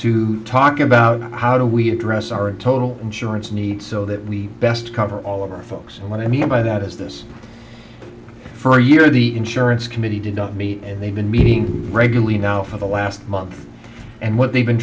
to talk about how do we address our a total insurance needs so that we best cover all of our folks and what i mean by that is this for a year the insurance committee did not meet and they've been meeting regularly now for the last month and what they've been